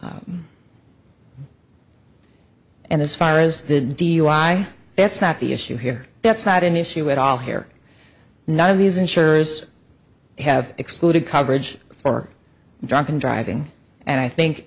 and as far as the dui that's not the issue here that's not an issue at all here none of these insurers have excluded coverage for drunken driving and i think